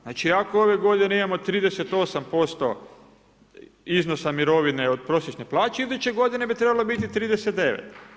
Znači ako ove godine imamo 38% iznosa mirovine od prosječne plaće, iduće godine bi trebalo biti 39.